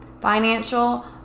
financial